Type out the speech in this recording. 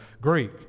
Greek